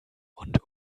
und